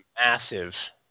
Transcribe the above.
Massive